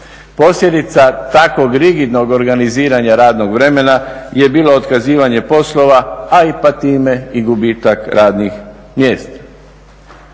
Posljedica takvog rigidnog organiziranja radnog vremena je bilo otkazivanje poslova, a time i gubitak radnih mjesta.